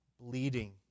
bleeding